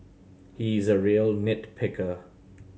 he is a real nit picker